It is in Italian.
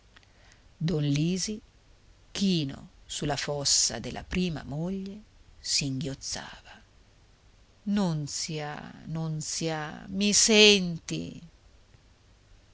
don lisi chino su la fossa della prima moglie singhiozzava nunzia nunzia mi senti